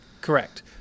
Correct